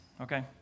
okay